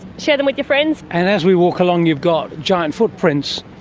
share them with your friends. and as we walk along you've got giant footprints